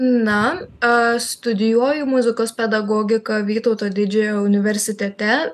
na aš studijuoju muzikos pedagogiką vytauto didžiojo universitete